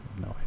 No